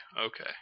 okay